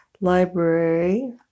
library